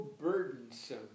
burdensome